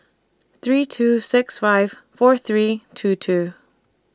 three two six five four three two two